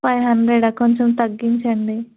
five hundred కొంచెం తగ్గించండి